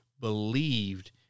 believed